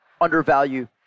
undervalue